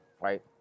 Right